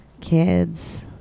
kids